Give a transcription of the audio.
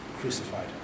crucified